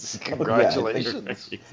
Congratulations